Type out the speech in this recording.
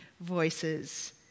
voices